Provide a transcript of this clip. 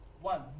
one